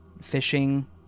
fishing